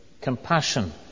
Compassion